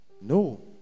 No